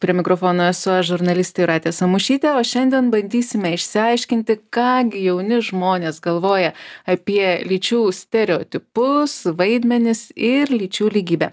prie mikrofono esu aš žurnalistė jūratė samušytė o šiandien bandysime išsiaiškinti ką gi jauni žmonės galvoja apie lyčių stereotipus vaidmenis ir lyčių lygybę